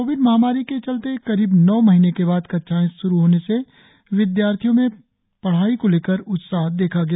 Covid महामारी के चलते करीब नौ महीने के बाद कक्षांए श्रु होने से विदयार्थियों में पछटाई को लेकर उत्साह देखा गया